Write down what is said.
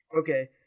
Okay